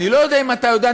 אני לא יודע אם אתה יודע,